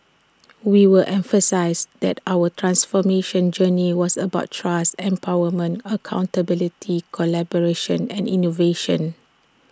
we were emphasised that our transformation journey was about trust empowerment accountability collaboration and innovation